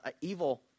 evil